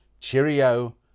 Cheerio